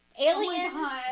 Aliens